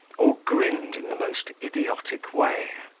or grinned in the most idiotic way,